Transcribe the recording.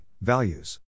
values